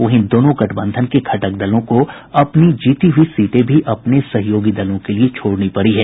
वहीं दोनों गठबंधन के घटक दलों को अपनी जीती हुई सीटें भी अपने सहयोगी दलों के लिए छोड़नी पड़ी है